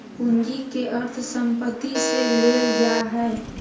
पूंजी के अर्थ संपत्ति से लेल जा हइ